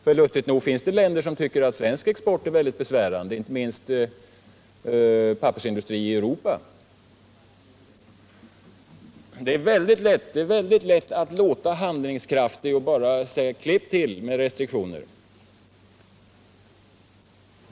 För lustigt nog finns det länder som tycker att svensk export är mycket besvärande, inte minst länder i Europa som har pappersindustri. Det är mycket lätt att låta handlingskraftig och bara säga: Klipp till med restriktioner!